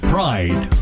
Pride